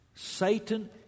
Satan